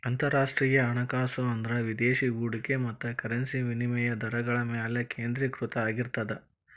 ಅಂತರರಾಷ್ಟ್ರೇಯ ಹಣಕಾಸು ಅಂದ್ರ ವಿದೇಶಿ ಹೂಡಿಕೆ ಮತ್ತ ಕರೆನ್ಸಿ ವಿನಿಮಯ ದರಗಳ ಮ್ಯಾಲೆ ಕೇಂದ್ರೇಕೃತ ಆಗಿರ್ತದ